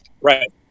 Right